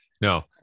No